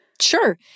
Sure